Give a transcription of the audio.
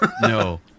No